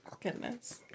goodness